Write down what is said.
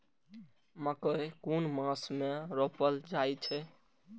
मकेय कुन मास में रोपल जाय छै?